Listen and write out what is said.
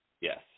yes